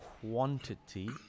quantity